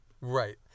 right